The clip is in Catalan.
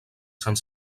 sant